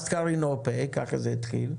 Must carry no pay ככה זה התחיל.